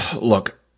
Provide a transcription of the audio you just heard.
Look